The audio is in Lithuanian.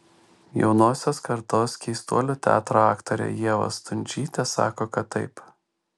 jaunosios kartos keistuolių teatro aktorė ieva stundžytė sako kad taip